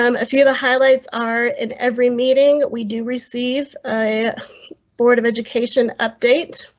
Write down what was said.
um if you the highlights are in every meeting, we do receive a board of education update.